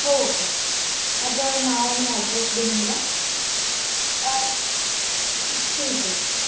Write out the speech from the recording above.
हो हो माझं नाव आणि ॲड्रेस लिहून घ्या ठीक आहे सर